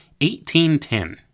1810